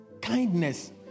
Kindness